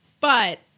But-